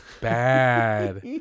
bad